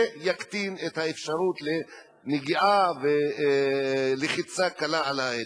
זה יקטין את האפשרות לנגיעה ולחיצה קלה על ההדק.